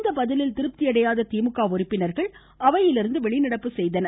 இந்த பதிலில் திருப்தியடையாத திமுக உறுப்பினர்கள் அவையிலிருந்து வெளிநடப்பு செய்தனர்